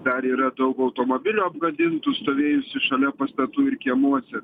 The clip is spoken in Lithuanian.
dar yra daug automobilių apgadintų stovėjusių šalia pastatų ir kiemuose